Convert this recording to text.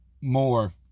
more